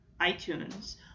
iTunes